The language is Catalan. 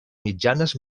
mitjanes